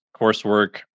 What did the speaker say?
coursework